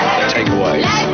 Takeaways